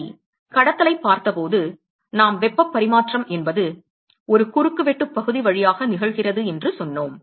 சரி கடத்தலைப் பார்த்தபோது நாம் வெப்பப் பரிமாற்றம் என்பது ஒரு குறுக்குவெட்டுப் பகுதி வழியாக நிகழ்கிறது என்று சொன்னோம்